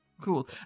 Cool